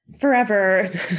forever